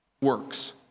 Works